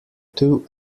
two